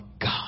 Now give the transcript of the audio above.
God